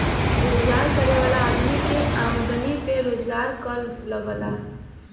रोजगार करे वाला आदमी के आमदमी पे रोजगारी कर लगला